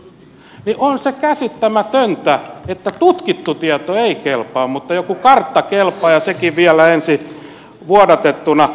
on se käsittämätöntä että tutkittu tieto ei kelpaa mutta joku kartta kelpaa ja sekin vielä ensin vuodatettuna